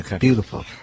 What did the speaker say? Beautiful